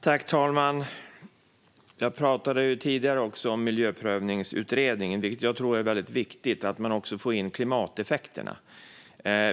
Herr talman! Jag pratade tidigare om Miljöprövningsutredningen. Jag tror att det är viktigt att man också får in klimateffekterna.